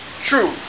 True